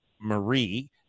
Marie